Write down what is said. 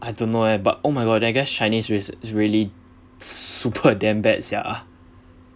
I don't know eh but oh my god that guy's chinese is is really super damn bad sia